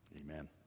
Amen